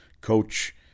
Coach